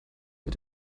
mit